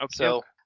Okay